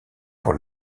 pour